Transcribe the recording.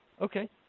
Okay